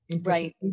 Right